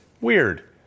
Weird